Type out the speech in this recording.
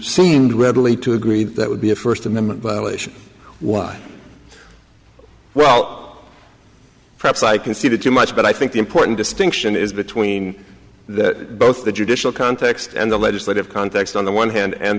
seemed readily to agree that that would be a first amendment violation one well perhaps i conceded too much but i think the important distinction is between that both the judicial context and the legislative context on the one hand and